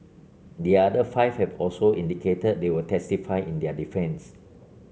the other five have also indicated they will testify in their defence